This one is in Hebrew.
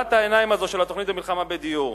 אחיזת העיניים הזו, של התוכנית למלחמה בדיור,